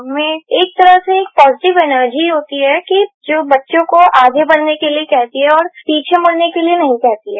उनमें एक तरह से पॉजिटिव एनर्जी होती है कि जो बच्चों को आगे बढ़ने के लिए कहती है और पीछे मुड़ने के लिए नहीं कहती है